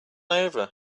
over